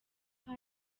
papa